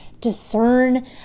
discern